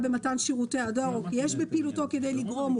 במתן שירותי הדואר או כי יש בפעילותו כדי לגרום ...